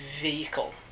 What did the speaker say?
vehicle